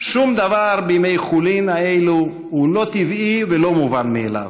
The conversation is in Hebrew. שום דבר בימי חולין האלה הוא לא טבעי ולא מובן מאליו.